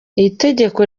itegeko